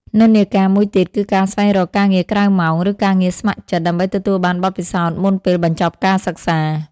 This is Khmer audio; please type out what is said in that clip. និន្នាការមួយទៀតគឺការស្វែងរកការងារក្រៅម៉ោង ឬការងារស្ម័គ្រចិត្ត ដើម្បីទទួលបានបទពិសោធន៍មុនពេលបញ្ចប់ការសិក្សា។